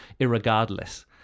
irregardless